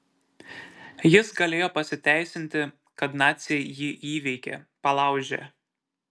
jis galėjo pasiteisinti kad naciai jį įveikė palaužė